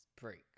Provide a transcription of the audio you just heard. break